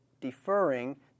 deferring